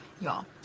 y'all